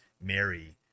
Mary